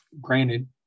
granted